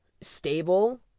stable